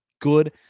good